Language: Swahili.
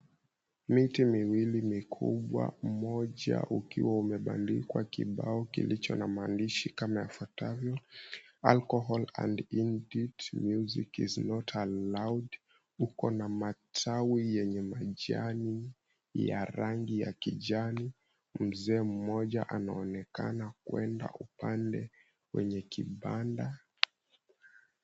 Miti miwili mikubwa, mmoja ukiwa umebandikwa kibao kilicho na maandishi kama yafuatavyo, Alcohol and nudity, music is not allowed . Uko na matawi yenye majani ya rangi ya kijani. Mzee mmoja anaonekana kwenda upande wenye kibanda.